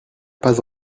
pas